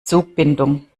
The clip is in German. zugbindung